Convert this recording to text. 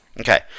Okay